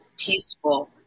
peaceful